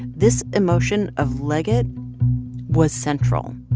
this emotion of liget was central,